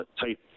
type